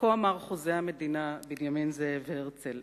כה אמר חוזה המדינה, בנימין זאב הרצל: